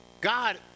God